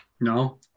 no